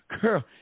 Girl